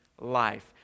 life